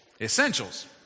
Essentials